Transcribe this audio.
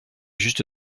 juste